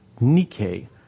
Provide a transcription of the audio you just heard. Nike